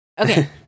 Okay